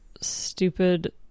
stupid